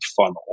funnel